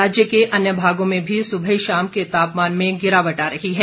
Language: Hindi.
राज्य के अन्य भागों में भी सुबह शाम के तापमान में गिरावट आ रही है